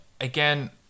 Again